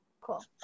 Cool